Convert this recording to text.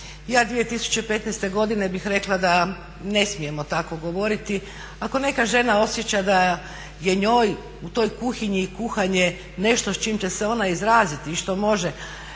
Ja 2015. godine bih rekla da ne smijemo tako govoriti. Ako neka žena osjeća da je njoj u toj kuhinji i kuhanje nešto s čime će se ona izraziti i što može